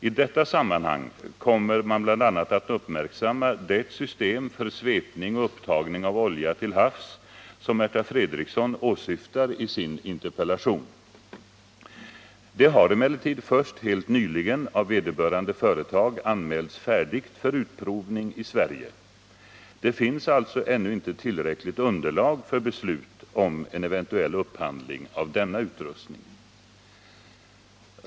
I detta sammanhang kommer man bl.a. att uppmärksamma det system för svepning och upptagning av olja till havs som Märta Fredrikson åsyftar i sin interpellation. Det har emellertid först helt nyligen av vederbörande företag anmälts färdigt för utprovning i Sverige. Det finns alltså ännu inte tillräckligt underlag för beslut om en eventuell upphandling av denna utrustning.